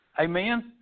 Amen